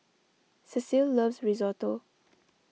Cecil loves Risotto